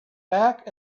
back